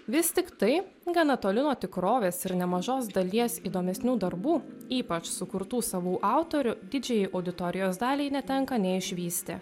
vis tiktai gana toli nuo tikrovės ir nemažos dalies įdomesnių darbų ypač sukurtų savų autorių didžiajai auditorijos daliai netenka nė išvysti